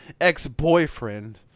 ex-boyfriend